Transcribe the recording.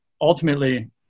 ultimately